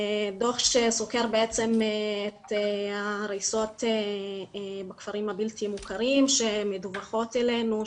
דו"ח שסוקר בעצם את ההריסות בכפרים הבלתי מוכרים שמדווחות אלינו,